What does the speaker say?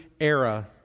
era